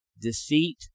deceit